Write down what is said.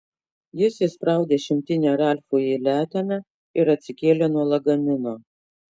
jis įspraudė šimtinę ralfui į leteną ir atsikėlė nuo lagamino